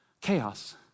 chaos